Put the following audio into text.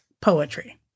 poetry